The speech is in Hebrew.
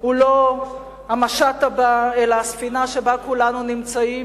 הוא לא המשט הבא, אלא הספינה שבה כולנו נמצאים.